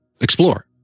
explore